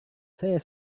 saya